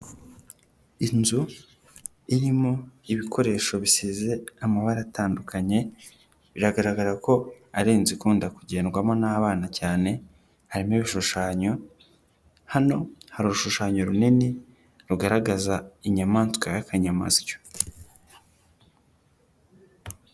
Inzu irimo ibikoresho bisize amabara atandukanye biragaragara ko ari inzu ikunda kugendwamo n'abana cyane ,harimo ibishushanyo hano hari urushushanyo runini rugaragaza inyamaswa y'akanyayamasyo.